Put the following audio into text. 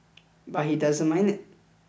but he doesn't mind it